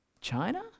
China